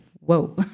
whoa